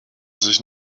sich